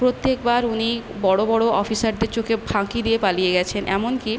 প্রত্যেকবার উনি বড়ো বড়ো অফিসারদের চোখে ফাঁকি দিয়ে পালিয়ে গেছেন এমনকি